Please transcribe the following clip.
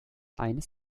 eines